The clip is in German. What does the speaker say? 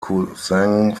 cousin